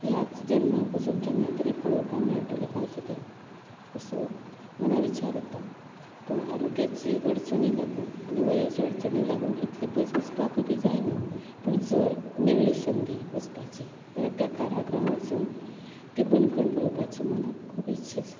ह्याच जन्माक वचून केन्ना तरी पळोवपा मेळटलें कांय कितें असो मना विचार येता पूण आरोग्याची अडचणी लागून आनी वयाचे अडचणी लागून इतलें पयस वसपाक बी जायना पूण जर मेळ्ळीं संदी वचपाची जाल्यार त्या कारागृहांक वचून ती बंदखण पळोवपाची मनांत खूब इच्छा आसा